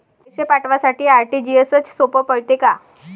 पैसे पाठवासाठी आर.टी.जी.एसचं सोप पडते का?